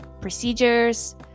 procedures